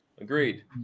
Agreed